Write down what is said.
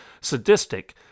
sadistic